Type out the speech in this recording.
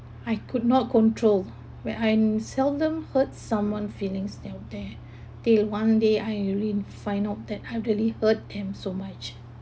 I could not control where I'm seldom hurt someone feelings out there they one day I really find out that I really hurt them so much